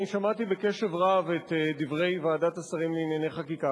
אני שמעתי בקשב רב את דברי ועדת השרים לענייני חקיקה,